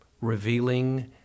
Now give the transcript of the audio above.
revealing